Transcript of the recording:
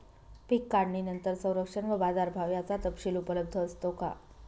पीक काढणीनंतर संरक्षण व बाजारभाव याचा तपशील उपलब्ध असतो का?